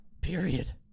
Period